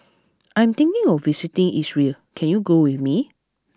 I am thinking of visiting Israel can you go with me